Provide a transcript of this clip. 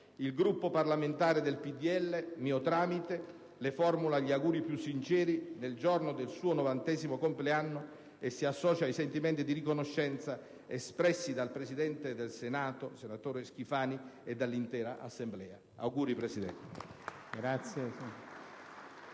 Il Gruppo parlamentare del PdL, a mio tramite, le formula gli auguri più sinceri nel giorno del suo 90° compleanno e si associa ai sentimenti di riconoscenza espressi dal Presidente del Senato e dall'intera Assemblea.